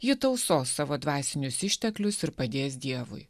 ji tausoti savo dvasinius išteklius ir padės dievui